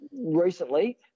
recently